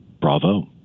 bravo